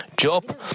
Job